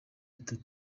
ati